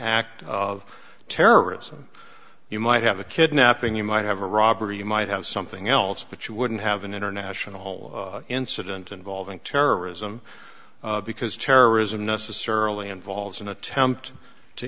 act of terrorism you might have a kidnapping you might have a robbery you might have something else but you wouldn't have an international incident involving terrorism because terrorism necessarily involves an attempt to